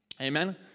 Amen